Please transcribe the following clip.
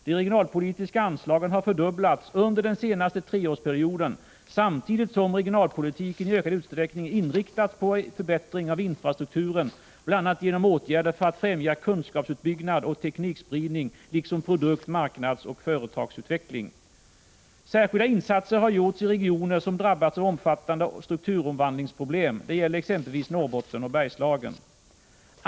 De regionalpolitiska anslagen har fördubblats under den senaste treårsperioden samtidigt som regionalpolitiken i ökad utsträckning inriktats på en förbättring av infrastrukturen bl.a. genom åtgärder för att främja kunskapsuppbyggnad och teknikspridning liksom produkt-, marknadsoch företagsutveckling. Särskilda insatser har gjorts i regioner som drabbats av omfattande strukturomvandlingsproblem. Det gäller exempelvis Norrbotten och Bergslagen.